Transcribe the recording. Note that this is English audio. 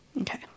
Okay